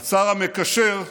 השר המקשר,